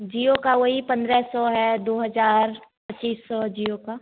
जिओ का वही पन्द्रह सौ है दो हज़ार पच्चीस सौ है जिओ का